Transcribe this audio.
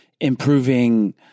improving